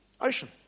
ocean